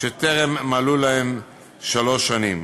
שטרם מלאו להם שלוש שנים,